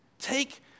Take